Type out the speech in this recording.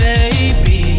Baby